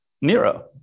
Nero